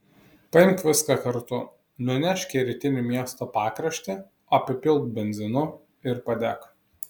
paimk viską kartu nunešk į rytinį miesto pakraštį apipilk benzinu ir padek